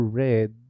red